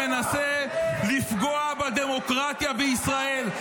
-- שמנסים לפגוע בדמוקרטיה בישראל.